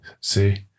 See